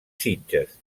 sitges